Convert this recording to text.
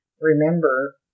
remember